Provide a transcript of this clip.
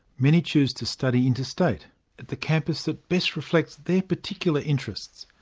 many choose to study interstate, at the campus that best reflects their particular interests.